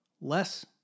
less